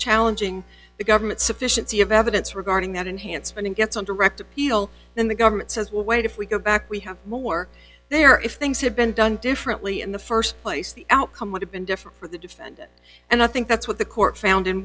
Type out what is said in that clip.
challenging the government sufficiency of evidence regarding that enhancement gets on direct appeal then the government says well wait if we go back we have more there if things have been done differently in the st place the outcome would have been different for the defendant and i think that's what the court found in